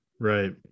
Right